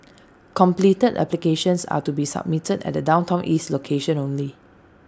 completed applications are to be submitted at the downtown east location only